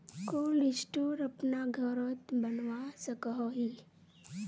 Cold store अपना घोरोत बनवा सकोहो ही?